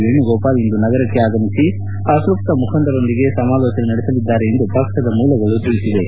ವೇಣುಗೋಪಾಲ್ ಇಂದು ನಗರಕ್ಕೆ ಆಗಮಿಸಿ ಅತ್ಯಸ್ತ ಮುಖಂಡರೊಂದಿಗೆ ಸಮಾಲೋಚನೆ ನಡೆಸಲಿದ್ದಾರೆಂದು ಪಕ್ಷದ ಮೂಲಗಳು ತಿಳಿಸಿವೆ